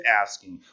asking